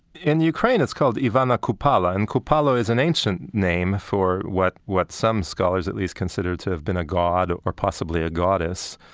in ukraine, it's called ivana kupala, and kupala is an ancient name for what what some scholars, at least, consider to have been a god or possibly a goddess.